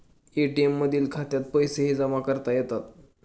ATM मधील खात्यात पैसेही जमा करता येतात